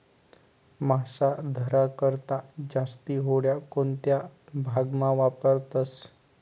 मासा धरा करता जास्ती होड्या कोणता भागमा वापरतस